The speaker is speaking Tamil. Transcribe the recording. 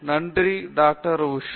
நன்றி டாக்டர் உஷா